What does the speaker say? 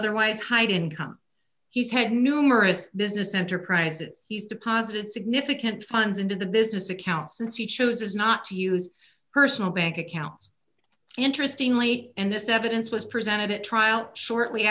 otherwise hide income he's had numerous business enterprise it's he's deposited significant funds into the business account since he choses not to use personal bank accounts interestingly eight and this evidence was presented at trial shortly